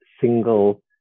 single